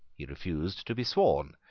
he refused to be sworn,